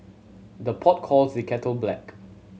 the pot calls the kettle black